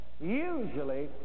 Usually